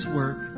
work